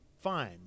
fine